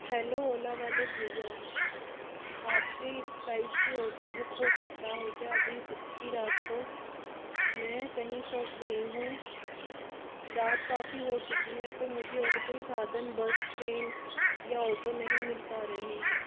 hello Ola वाले भईया आपके साइट से ऑटो बुक हो सकता है क्या अभी इतनी रात को मैं कहीं फंस गई हूँ रात काफ़ी हो चुकी है तो मुझे और कोई साधन बस ट्रेन या ऑटो नहीं मिल पा रही है